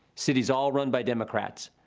cities all run by democrats,